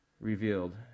revealed